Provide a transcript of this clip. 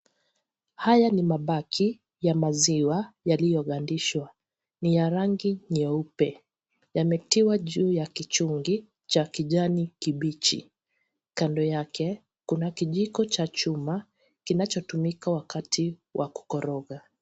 Haya ni mabaki ya maziwa yaliyogandishwa ni ya rangi nyeupe, yametiwa juu ya kichungi cha kijani kibichi, juu yake kuna kijiko cha chuma kinachotumika wakati wa kukoroga.